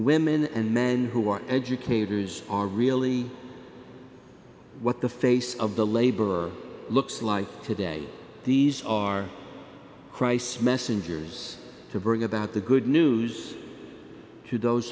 women and men who are educators are really what the face of the labor looks like today these are christ's messengers to bring about the good news to those